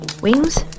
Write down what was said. Wings